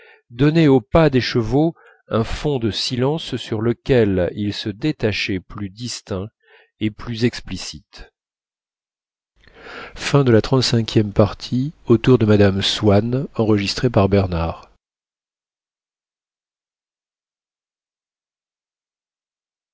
donnaient au pas des chevaux un fond de silence sur lequel il se détachait plus distinct et plus explicite